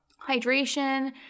hydration